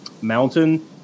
mountain